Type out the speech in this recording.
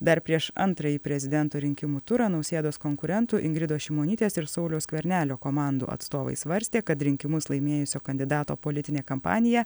dar prieš antrąjį prezidento rinkimų turą nausėdos konkurentų ingridos šimonytės ir sauliaus skvernelio komandų atstovai svarstė kad rinkimus laimėjusio kandidato politinė kampanija